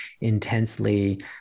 intensely